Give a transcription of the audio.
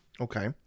Okay